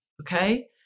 Okay